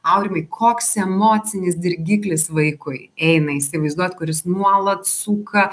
aurimai koks emocinis dirgiklis vaikui eina įsivaizduot kuris nuolat suka